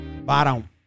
Bottom